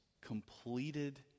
completed